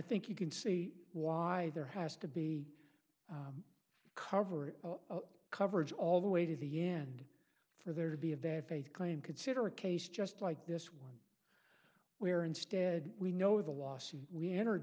think you can see why there has to be covered coverage all the way to the end for there to be of bad faith claim consider a case just like this one where instead we know the lawsuit we entered